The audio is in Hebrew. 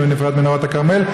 מינוי נפרד למנהרות הכרמל,